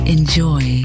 Enjoy